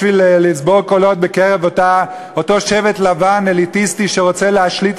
זה בשביל לצבור קולות בקרב אותו שבט לבן אליטיסטי שרוצה להשליט